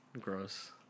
gross